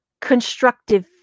constructive